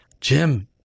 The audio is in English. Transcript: Jim